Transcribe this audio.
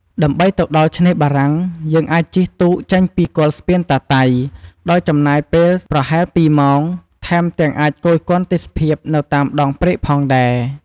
ដើម្បីទៅដល់ឆ្នេរបារាំងយើងអាចជិះទូកចេញពីគល់ស្ពានតាតៃ ដោយចំណាយពេលប្រហែល២ម៉ោង ថែមទាំងអាចគយគន់ទេសភាពនៅតាមដងព្រែកផងដែរ។